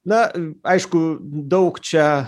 na aišku daug čia